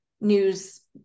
news